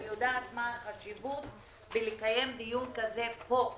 אני יודעת מה החשיבות לקיים דיון כזה פה,